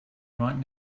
right